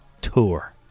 tour